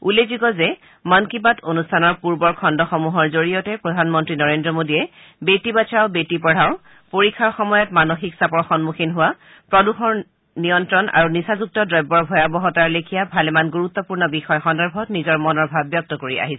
উল্লেখযোগ্য যে মন কী বাট অনুষ্ঠানৰ পূৰ্বৰ খণ্ডসমূহৰ যোগেদি প্ৰধানমন্ত্ৰী নৰেন্দ্ৰ মোডীয়ে বেটী বচাও বেটী পঢ়াও পৰীক্ষাৰ সময়ত হোৱা মানসিক চাপৰ সন্মুখীন হোৱা প্ৰদূষণ নিয়ন্ত্ৰণ আৰু নিচাযুক্ত দ্ৰব্যৰ ভয়াৱহতাৰ লেখিয়া ভালেমান গুৰুত্বপূৰ্ণ বিষয় সন্দৰ্ভত মনৰ ভাৱ ব্যক্ত কৰি আহিছে